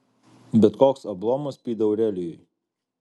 bet koks ablomas pydaurelijui